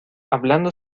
hablando